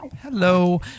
hello